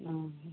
ആ ആ